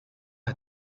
est